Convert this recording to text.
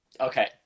okay